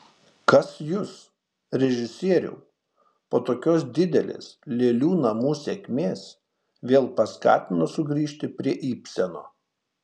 kas jus režisieriau po tokios didelės lėlių namų sėkmės vėl paskatino sugrįžti prie ibseno